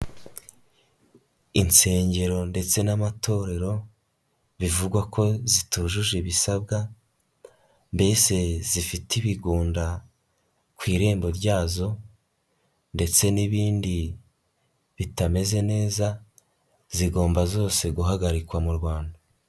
Insengero ndetse n'amatorero bivugwa ko zitujuje ibisabwa mbese zifite ibigunda ku irembo ryazo ndetse n'ibindi bitameze neza, zigomba zose guhagarikwa mu Rwanda.